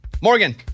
Morgan